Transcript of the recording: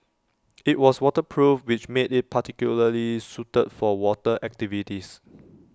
IT was waterproof which made IT particularly suited for water activities